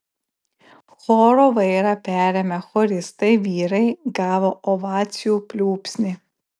choro vairą perėmę choristai vyrai gavo ovacijų pliūpsnį